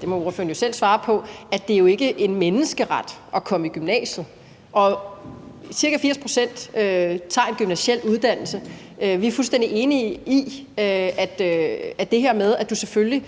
det må ordføreren jo selv svare på – at det jo ikke er en menneskeret at komme i gymnasiet. Ca. 80 pct. tager en gymnasial uddannelse, og vi er fuldstændig enige om, at det selvfølgelig